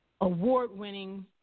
award-winning